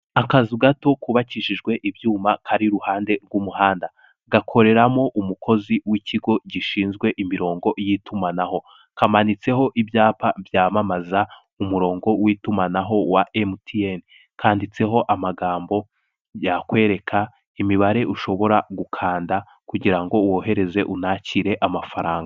Akazu gato kubakijijwe ibyuma kari iruhande rw'umuhanda; gakoreramo umukozi w'ikigo gishinzwe imirongo y'itumanaho, kamanitseho ibyapa byamamaza umurongo w'itumanaho wa MTN kanditseho amagambo yakwereka imibare ushobora gukanda kugirango wohereze unakire amafaranga.